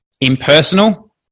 impersonal